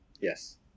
Yes